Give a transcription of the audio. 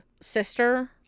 sister